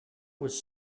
was